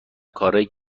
کارایی